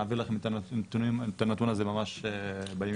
נעביר לכם את הנתון הזה ממש בימים הקרובים.